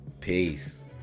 Peace